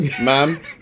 Ma'am